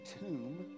tomb